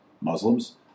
Muslims